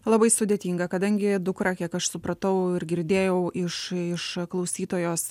labai sudėtinga kadangi dukra kiek aš supratau ir girdėjau iš iš klausytojos